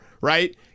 right